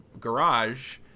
garage